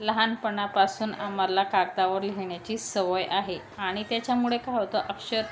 लहानपणापासून आम्हाला कागदावर लिहिण्याची सवय आहे आणि त्याच्यामुळे काय होतं अक्षर